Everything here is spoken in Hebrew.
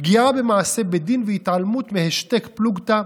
פגיעה במעשה בית דין והתעלמות מהשתק פלוגתא,